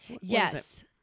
Yes